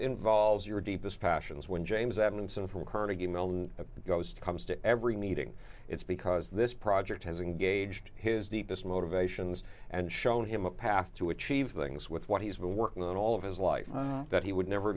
involves your deepest passions when james edmonson from carnegie mellon the ghost comes to every meeting it's because this project has engaged his deepest motivations and shown him a path to achieve things with what he's been working on all of his life that he would never